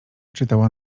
czytała